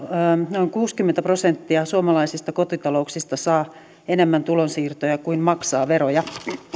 noin kuusikymmentä prosenttia suomalaisista kotitalouksista saa enemmän tulonsiirtoja kuin maksaa veroja